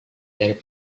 dari